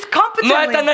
competently